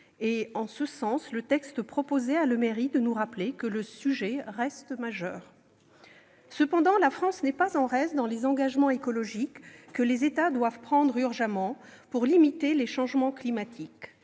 En ce sens, le texte proposé a le mérite de nous rappeler l'importance de ce sujet. Cependant, la France n'est pas en reste dans les engagements écologiques que les États doivent prendre en urgence pour limiter les changements climatiques.